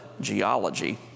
geology